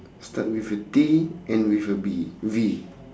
start with a D end with a B V